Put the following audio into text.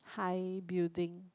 high building